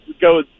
go